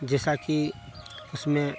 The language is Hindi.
जैसा कि उसमें